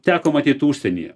teko matyt užsienyje